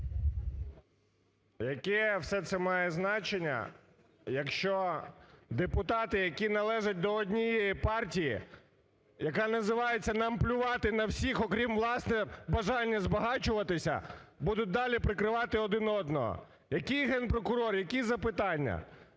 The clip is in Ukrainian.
Яке все це має значення, якщо депутати, які належать до однієї партії, яка називається "нам плювати на всіх, окрім власного бажання збагачуватися", будуть і далі прикривати один одного. Який Генпрокурор, які запитання?